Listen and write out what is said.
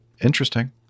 interesting